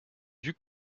duc